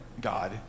God